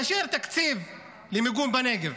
אז שיאשר תקציב למיגון בנגב.